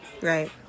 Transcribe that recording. Right